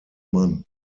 mann